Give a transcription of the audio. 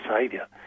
saviour